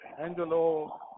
angelo